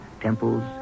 temples